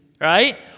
Right